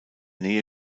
nähe